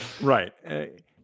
Right